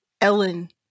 Ellen